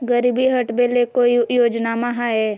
गरीबी हटबे ले कोई योजनामा हय?